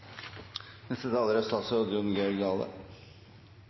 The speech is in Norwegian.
Neste taler er